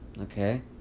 Okay